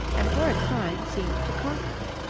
and for a time seemed to conquer.